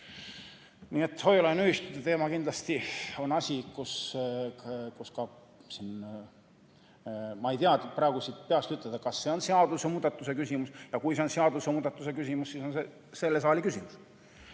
Nii et hoiu-laenuühistute teema kindlasti on asi, mille puhul ma ei tea praegu siin peast ütelda, kas see on seadusemuudatuse küsimus, aga kui see on seadusemuudatuse küsimus, siis on see selle saali küsimus.